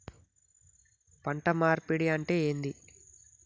పంట మార్పిడి అంటే ఏంది?